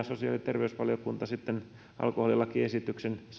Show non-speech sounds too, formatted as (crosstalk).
(unintelligible) sosiaali ja terveysvaliokunta sitten saa alkoholilakiesityksen